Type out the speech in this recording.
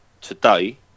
today